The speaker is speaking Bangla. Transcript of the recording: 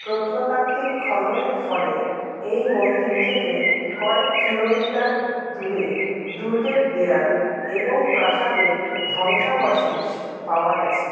প্রত্নতাত্ত্বিক খননের ফলে এই মন্দির থেকে কয়েক কিলোমিটার দূরে দুর্গের দেওয়াল এবং প্রাসাদের ধ্বংসাবশেষ পাওয়া গেছে